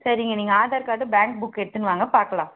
சரிங்க நீங்கள் Aadhaar card bank book எடுத்துன்னு வாங்க பார்க்கலாம்